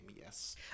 yes